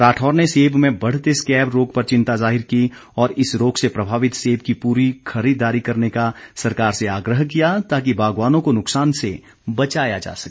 राठौर ने सेब में बढ़ते स्कैब रोग पर चिंता जाहिर की और इस रोग से प्रभावित सेब की पूरी खरीददारी करने का सरकार से आग्रह किया ताकि बागवानों को नुकसान से बचाया जा सके